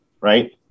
right